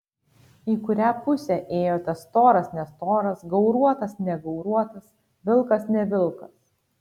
į kurią pusę ėjo tas storas nestoras gauruotas negauruotas vilkas ne vilkas